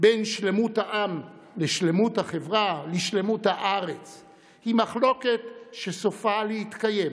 בין שלמות העם לשלמות החברה ולשלמות הארץ הוא מחלוקת שסופה להתקיים